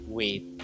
wait